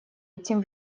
этим